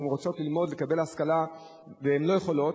הן רוצות ללמוד ולרכוש השכלה והן לא יכולות,